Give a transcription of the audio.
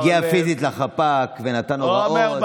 הגיע פיזית לחפ"ק ונתן הוראות,